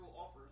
offer